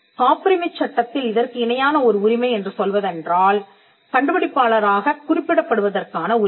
காப்புரிமைச் சட்டத்தில் இதற்கு இணையான ஒரு உரிமை என்ற சொல்வதென்றால் கண்டுபிடிப்பாளராகக் குறிப்பிடப்படுவதற்கான உரிமை